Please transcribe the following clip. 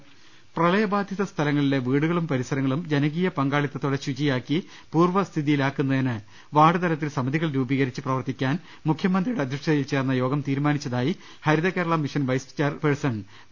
ൾശ്ശേര പ്രളയബാധിത സ്ഥലങ്ങളിലെ വീടുകളും പരിസരങ്ങളും ജനകീയ പങ്കാ ളിത്തത്തോടെ ശുചിയാക്കി പൂർവസ്ഥിതിയിലാക്കുന്നതിന് വാർഡ് തലത്തിൽ സമിതികൾ രൂപീകരിച്ച് പ്രവർത്തിക്കാൻ മുഖ്യമന്ത്രിയുടെ അധ്യക്ഷതയിൽ ചേർന്ന യോഗം തീരുമാനിച്ചതായി Haritha Kerala mission vice chairperson ഡോ